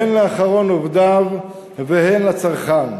הן לאחרון עובדיו והן לצרכן,